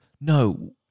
no-